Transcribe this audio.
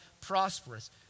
prosperous